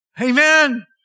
Amen